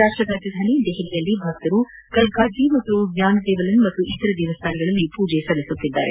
ರಾಷ್ಸ ರಾಜಧಾನಿ ದೆಹಲಿಯಲ್ಲಿ ಭಕ್ತರು ಕಲ್ಲಜಿ ಹಾಗೂ ಜ್ವಾನದೇವಲನ್ ಹಾಗೂ ಇತರ ದೇವಸ್ಥಾನಗಳಲ್ಲಿ ಪೂಜೆ ಸಲ್ಲಿಸಿದರು